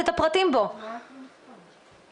בשבט תשפ"ב, ה-3 בינואר למניינם.